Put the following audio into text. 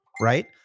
right